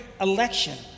election